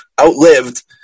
outlived